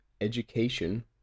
education